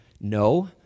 No